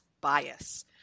bias